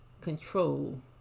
control